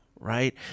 right